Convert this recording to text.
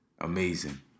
Amazing